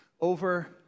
over